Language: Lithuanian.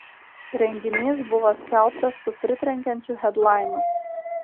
renginys buvo skelbtas su pritrenkiančiu hedlainu